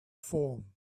form